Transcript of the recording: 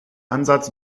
ansatz